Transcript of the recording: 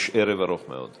יש ערב ארוך מאוד.